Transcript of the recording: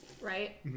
Right